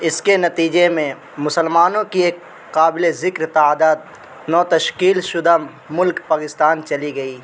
اس کے نتیجے میں مسلمانوں کی ایک قابل ذکر تعداد نو تشکیل شدہ ملک پاکستان چلی گئی